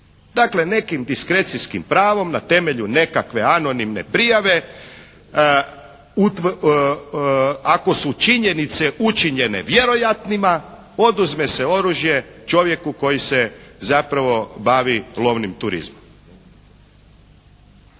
Dakle, nekim diskrecijskim pravom na temelju nekakve anonimne prijave ako su činjenice učinjene vjerojatnima oduzme se oružje čovjeku koji se zapravo bavi lovnim turizmom.